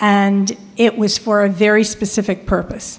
and it was for a very specific purpose